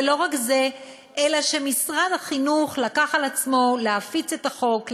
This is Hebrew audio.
ולא רק זה אלא שמשרד החינוך לקח על עצמו להפיץ את החוק,